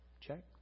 Check